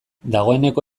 dagoeneko